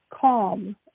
calm